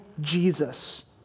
Jesus